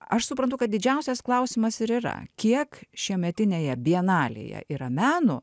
aš suprantu kad didžiausias klausimas ir yra kiek šiemetinėje bienalėje yra meno